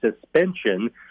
suspension